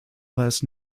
last